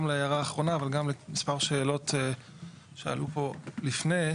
גם להערה האחרונה אבל גם למספר שאלות שעלו פה לפני.